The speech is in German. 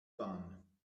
bahn